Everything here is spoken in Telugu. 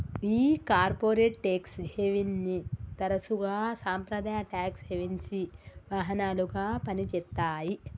ఈ కార్పొరేట్ టెక్స్ హేవెన్ని తరసుగా సాంప్రదాయ టాక్స్ హెవెన్సి వాహనాలుగా పని చేత్తాయి